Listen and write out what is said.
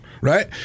Right